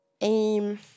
aim